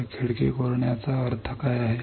तर खिडकी खोदण्याचा अर्थ काय आहे